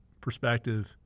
perspective